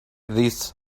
this